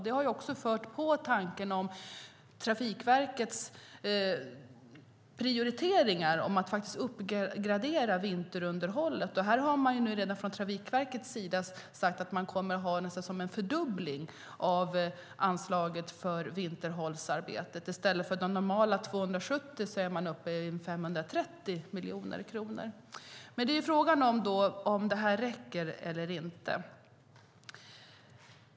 Det har fört på tanken om Trafikverkets prioriteringar när det gäller att uppgradera vinterunderhållet. Trafikverket har sagt att man kommer att göra nästan en fördubbling av anslaget för vinterunderhållsarbetet. I stället för de normala 270 är man uppe i 530 miljoner kronor. Frågan är om detta räcker eller inte.